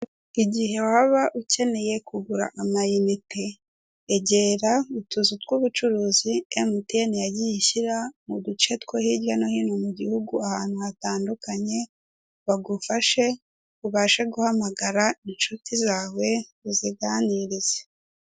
Igihe waba ukeneye kugura ama inite, egera utuzu tw'ubucuruzi emutiyene yagiye ishyira mu duce two hirya no hino mu gihugu ahantu hatandukanye, bagufashe ubashe guhamagara inshuti zawe uziganirize.